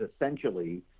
essentially